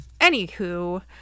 Anywho